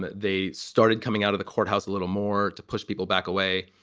they started coming out of the courthouse a little more to push people back away.